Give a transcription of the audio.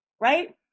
right